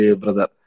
brother